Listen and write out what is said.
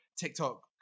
tiktok